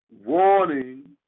warning